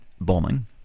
bombing